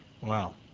Wow